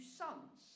sons